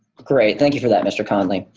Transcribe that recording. great. thank you for that, mr. conley.